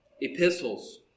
epistles